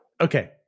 Okay